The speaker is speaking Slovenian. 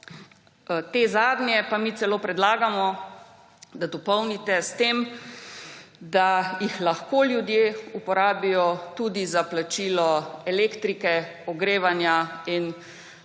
Te zadnje pa mi celo predlagamo, da dopolnite s tem, da jih lahko ljudje uporabijo tudi za plačilo elektrike, ogrevanja in